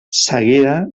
seguida